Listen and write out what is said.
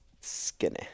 skinny